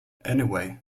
anyway